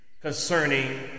concerning